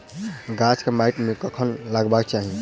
गाछ केँ माइट मे कखन लगबाक चाहि?